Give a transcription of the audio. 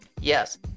Yes